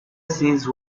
sees